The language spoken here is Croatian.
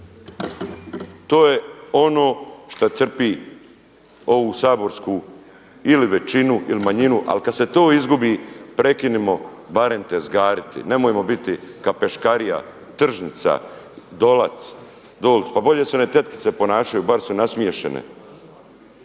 To je ono šta crpi ovu saborsku ili većinu ili manjinu ali kada se to izgubi prekinimo barem tezgariti, nemojmo biti kapeškarija, tržnica, Dolac. Pa bolje se one tetkice ponašaju, bar su nasmiješene.